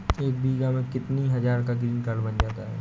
एक बीघा में कितनी हज़ार का ग्रीनकार्ड बन जाता है?